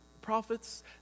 prophets